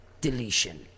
deletion